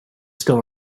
still